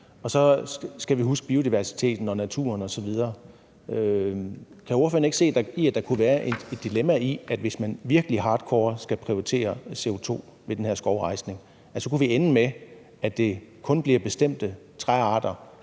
og så skal vi huske biodiversiteten og naturen osv. Kan ordføreren ikke se, at der kan være et dilemma i, hvis man virkelig hardcore skal prioritere CO2 i den her skovrejsning, at vi kan ende med, at det kun bliver bestemte træarter,